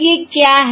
तो ये क्या हैं